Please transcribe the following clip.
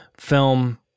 film